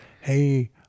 Hey